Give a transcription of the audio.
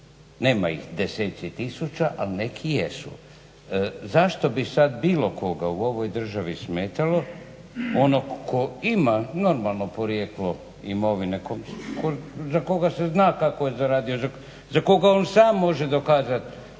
Nema ih deseci tisuća ali neki jesu. Zašto bi sad bilo koga u ovoj državi smetalo, onog tko ima normalno porijeklo imovine, za koga se zna kako je zaradio, za koga on sam može dokazat